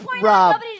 Rob